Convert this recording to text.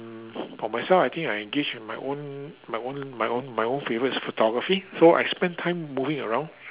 mm for myself I think I engage in my own my own my own my own favourites photography so I spend time moving around